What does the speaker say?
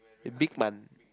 a big man